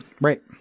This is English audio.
right